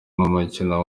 n’umukino